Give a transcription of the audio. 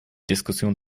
diskussion